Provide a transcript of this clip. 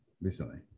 recently